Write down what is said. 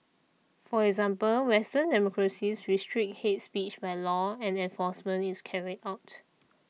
for example western democracies restrict hate speech by law and enforcement is carried out